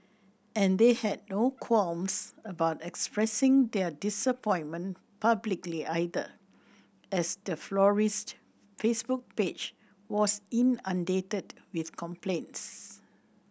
and they had no qualms about expressing their disappointment publicly either as the florist's Facebook page was inundated with complaints